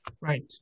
Right